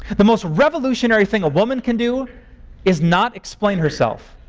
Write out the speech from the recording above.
the most revolutionary thing a woman can do is not explain herself.